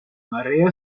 marea